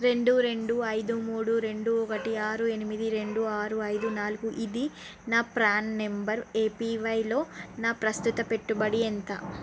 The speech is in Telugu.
రెండు రెండు ఐదు మూడు రెండు ఒకటి ఆరు ఎనిమిది రెండు ఆరు ఐదు నాలుగు ఇది నా ప్రాన్ నెంబర్ ఏపీవైలో నా ప్రస్తుత పెట్టుబడి ఎంత